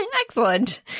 excellent